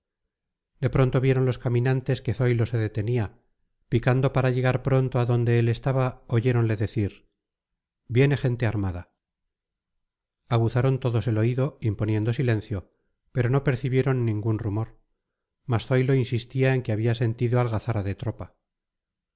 de pronto vieron los caminantes que zoilo se detenía picando para llegar pronto a donde él estaba oyéronle decir viene gente armada aguzaron todos el oído imponiendo silencio pero no percibieron ningún rumor mas zoilo insistía en que había sentido algazara de tropa